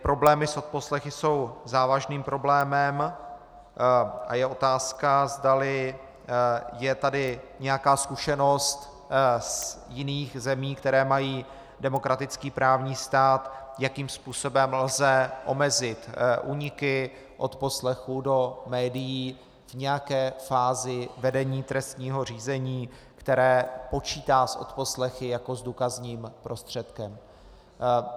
Problémy s odposlechy jsou závažným problémem a je otázka, zdali je tady nějaká zkušenost z jiných zemí, které mají demokratický právní stát, jakým způsobem lze omezit úniky odposlechů do médií v nějaké fázi vedení trestního řízení, které počítá s odposlechy jako s důkazním prostředkem.